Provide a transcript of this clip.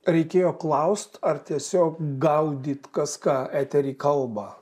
reikėjo klaust ar tiesiog gaudyt kas ką etery kalba